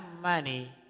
money